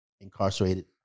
incarcerated